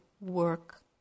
work